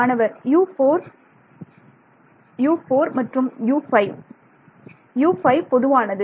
மாணவர் U4 U4 மற்றும் U5 U5 பொதுவானது